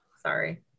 Sorry